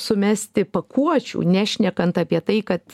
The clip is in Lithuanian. sumesti pakuočių nešnekant apie tai kad